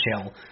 chill